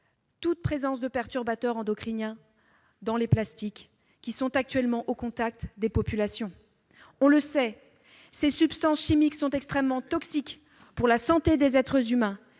tout perturbateur endocrinien dans les plastiques qui sont actuellement au contact des populations. On le sait, ces substances chimiques sont extrêmement toxiques et nocives pour la santé des êtres humains,